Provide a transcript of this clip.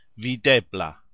videbla